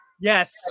Yes